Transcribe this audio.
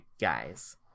guys